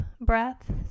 breath